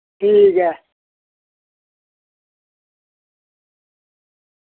ठीक ऐ